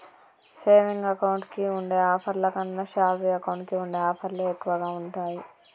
saving account కి ఉండే ఆఫర్ల కన్నా శాలరీ అకౌంట్ కి ఉండే ఆఫర్లే ఎక్కువగా ఉంటాయి